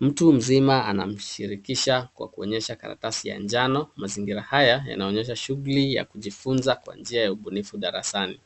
Mtu mzima anamshirikisha kwa kuonyesha karatasi ya njano. Mazingira haya yanaonyesha shughuli ya kujifunza kwa njia ya ubunifu darasani.